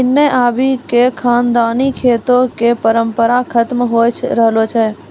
हिन्ने आबि क खानदानी खेतो कॅ परम्परा खतम होय रहलो छै